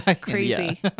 crazy